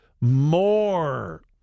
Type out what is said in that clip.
More